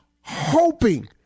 hoping